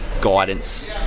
guidance